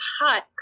hot